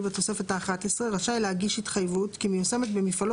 בתוספת האחת עשרה רשאי להגיש התחייבות כי מיושמת במפעלו